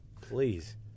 Please